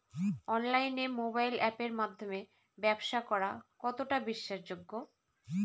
অনলাইনে মোবাইল আপের মাধ্যমে ব্যাবসা করা কতটা বিশ্বাসযোগ্য?